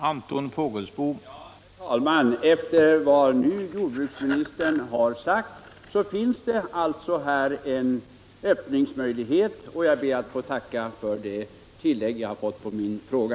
Herr talman! Enligt vad jordbruksministern nu har sagt finns det alltså här en öppningsmöjlighet, och jag ber att få tacka för det tilläggssvar jag fått på min fråga.